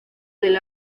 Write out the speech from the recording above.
del